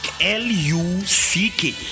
l-u-c-k